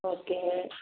ஓகேங்க